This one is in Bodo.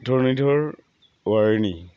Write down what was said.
धरनिधर औवारिनि